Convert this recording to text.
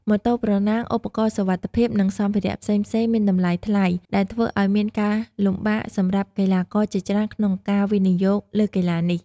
ម៉ូតូប្រណាំង ឧបករណ៍សុវត្ថិភាព និងសម្ភារៈផ្សេងៗមានតម្លៃថ្លៃ ដែលធ្វើឱ្យមានការលំបាកសម្រាប់កីឡាករជាច្រើនក្នុងការវិនិយោគលើកីឡានេះ។